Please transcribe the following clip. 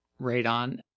radon